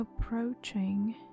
approaching